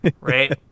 Right